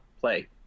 play